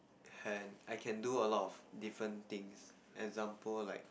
and I can do a lot of different things example like